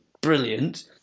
brilliant